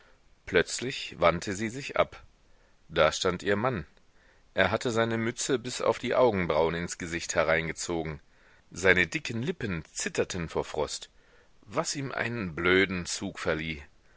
plötzlich wandte sie sich ab da stand ihr mann er hatte seine mütze bis auf die augenbrauen ins gesicht hereingezogen seine dicken lippen zitterten vor frost was ihm einen blöden zug verlieh